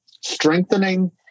strengthening